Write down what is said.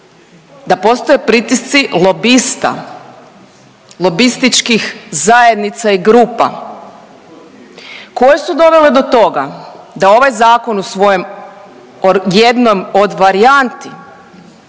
da postoje pritisci lobista, lobističkih zajednica i grupa koje su dovele do toga da ovaj zakon u svojem jednom od varijanti